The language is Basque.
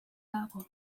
dago